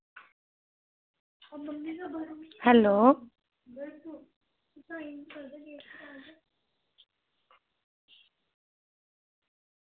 hello